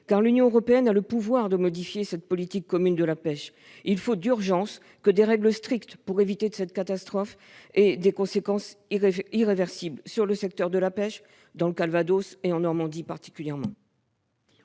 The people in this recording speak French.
! L'Union européenne a le pouvoir de modifier cette politique commune de la pêche. Il faut d'urgence des règles strictes pour éviter que cette catastrophe n'ait des conséquences irréversibles sur le secteur de la pêche, notamment dans le Calvados et en Normandie. La parole est